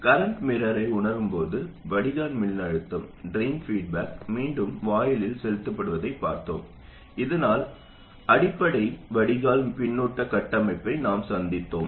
current மிர்ரரை உணரும் போது வடிகால் மின்னழுத்தம் மீண்டும் வாயிலில் செலுத்தப்படுவதை பார்த்தோம் இதனால் அடிப்படை வடிகால் பின்னூட்ட கட்டமைப்பை நாம் சந்தித்தோம்